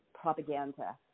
propaganda